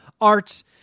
Arts